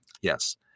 Yes